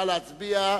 נא להצביע,